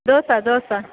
dosa dosa